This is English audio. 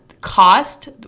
cost